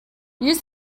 use